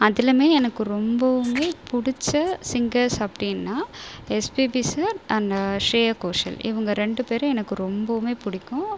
அதுலையுமே எனக்கு ரொம்பவுமே பிடிச்ச சிங்கர்ஸ் அப்படின்னா எஸ்பிபி சார் அண்ட் ஸ்ரேயா கோஷல் இவங்க ரெண்டு பேரும் எனக்கு ரொம்பவுமே பிடிக்கும்